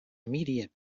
immediate